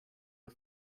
are